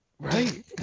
Right